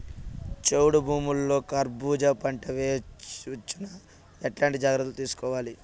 చౌడు భూముల్లో కర్బూజ పంట వేయవచ్చు నా? ఎట్లాంటి జాగ్రత్తలు తీసుకోవాలి?